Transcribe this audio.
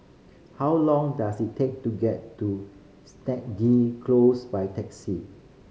how long does it take to get to Stagee Close by taxi